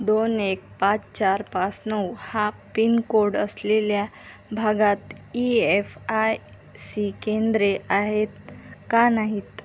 दोन एक पाच चार पाच नऊ हा पिनकोड असलेल्या भागात ई एफ आय सी केंद्रे आहेत का नाहीत